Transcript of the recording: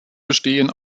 bestehen